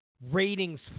ratings